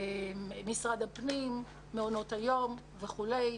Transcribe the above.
משרד הפנים, מעונות היום וכולי.